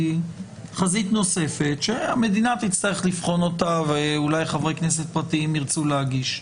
חזית נוספת שהמדינה תצטרך לבחון אותה ואולי חברי כנסת פרטיים ירצו להגיש.